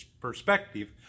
perspective